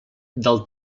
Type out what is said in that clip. del